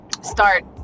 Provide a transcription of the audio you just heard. start